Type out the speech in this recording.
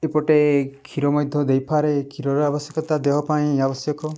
ଏପଟେ କ୍ଷୀର ମଧ୍ୟ ଦେଇପାରେ କ୍ଷୀର ଆବଶ୍ୟକତା ଦେହ ପାଇଁ ଆବଶ୍ୟକ